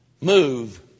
move